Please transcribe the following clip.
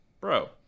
Bro